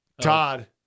Todd